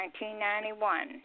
1991